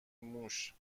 موش